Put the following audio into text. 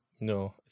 No